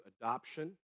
adoption